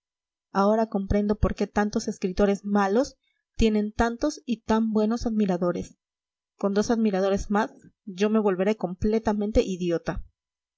ahora comprendo por qué tantos escritores malos tienen tantos y tan buenos admiradores con dos admiradores más yo me volveré completamente idiota